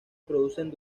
producen